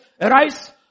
arise